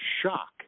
shock